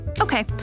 Okay